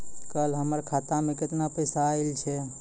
कल हमर खाता मैं केतना पैसा आइल छै?